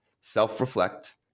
self-reflect